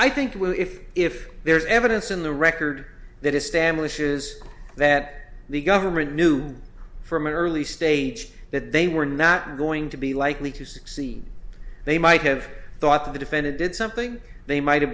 i think well if if there's evidence in the record that establishes that the government knew from an early stage that they were not going to be likely to succeed they might have thought the defendant did something they might have